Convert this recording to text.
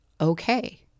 okay